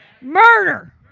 murder